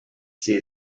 see